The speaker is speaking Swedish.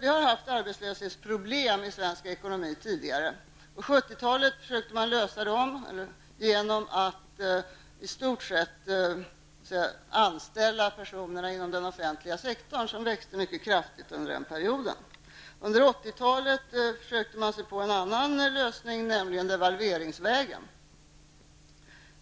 Vi har haft arbetslöshetsproblem i svensk ekonomi tidigare. På 70-talet försökte man lösa dem genom att i stort sett anställa personer inom den offentliga sektorn, som växte mycket kraftigt under den perioden. Under 80-talet försökte man sig på en annan lösning, nämligen devalveringsvägen.